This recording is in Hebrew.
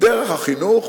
דרך החינוך,